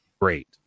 great